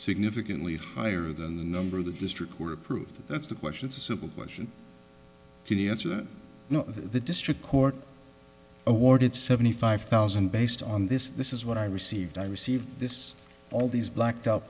significantly higher than the number of the district were approved that's the question it's a simple question he answered no the district court awarded seventy five thousand based on this this is what i received i received this all these blacked out